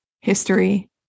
history